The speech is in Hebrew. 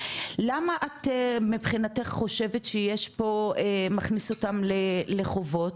למה את מבחינתך חושבת שזה מכניס אותם לחובות?